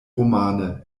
romane